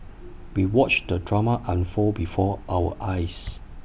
we watched the drama unfold before our eyes